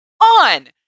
on